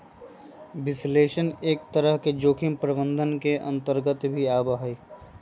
विश्लेषण एक तरह से जोखिम प्रबंधन के अन्तर्गत भी आवा हई